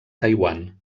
taiwan